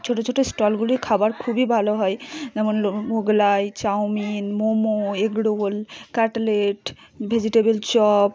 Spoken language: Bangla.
ছোটো ছোটো স্টলগুলির খাবার খুবই ভালো হয় যেমন Mughlai chowmein momo egg roll cutlet vegetable chop